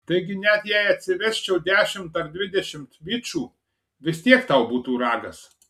taigi net jei atsivesčiau dešimt ar dvidešimt bičų vis tiek tau būtų ragas